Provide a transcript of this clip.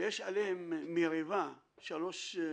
שיש עליהן מריבה, שלוש חלקות,